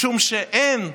משום שאין,